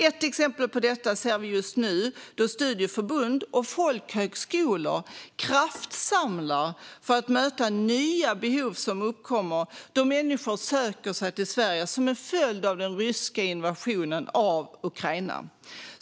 Ett exempel på detta ser vi just nu, då studieförbund och folkhögskolor kraftsamlar för att möta nya behov som uppkommer då människor söker sig till Sverige som en följd av den ryska invasionen av Ukraina.